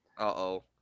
uh-oh